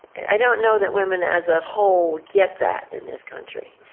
i don't know that woman as a whole get that in this country.